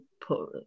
put